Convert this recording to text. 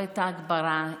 לא הייתה הגברה,